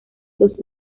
los